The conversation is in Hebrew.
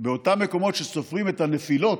באותם מקומות שסופרים את הנפילות,